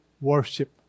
worship